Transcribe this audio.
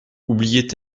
oubliait